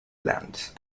lands